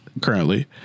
Currently